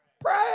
pray